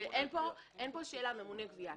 של ממונה הגבייה.